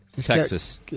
Texas